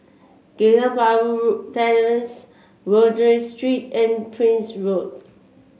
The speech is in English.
Geylang Bahru Terrace Rodyk Street and Prince Road